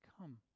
come